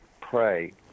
pray